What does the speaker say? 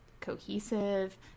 cohesive